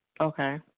Okay